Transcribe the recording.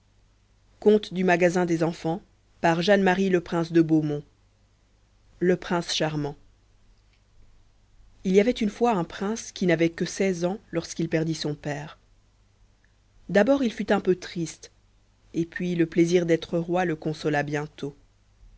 absolu conte il y avait une fois un prince qui perdit son père quand il n'avait que seize ans d'abord il fut un peu triste et puis le plaisir d'être roi le consola bientôt